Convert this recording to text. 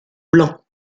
blanc